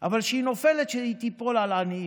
אבל כשהיא נופלת, שהיא תיפול על עניים.